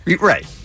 Right